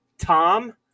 Tom